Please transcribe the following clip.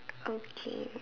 okay